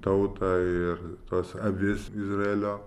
tautą ir tas avis izraelio